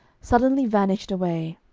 suddenly vanished away,